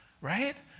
right